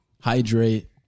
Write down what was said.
Hydrate